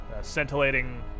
scintillating